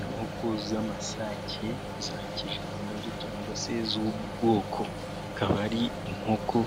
Inkoko z'amasake za kijyambere, cyangwa se iz'ubwoko kaba ari inkoko,